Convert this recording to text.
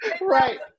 Right